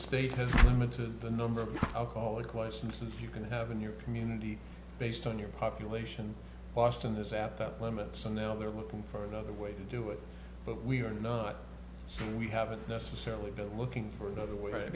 state has and to the number of alcoholic questions you can have in your community based on your population boston is at that limit so now they're looking for another way to do it but we're not we haven't necessarily been looking for another way i